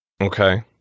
Okay